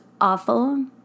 awful